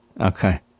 Okay